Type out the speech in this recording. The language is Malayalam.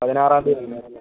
പതിനാറാം തീയ്യതി